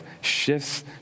shifts